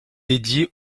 dédiée